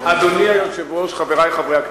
אדוני היושב-ראש, חברי חברי הכנסת,